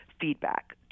feedback